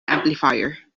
amplifier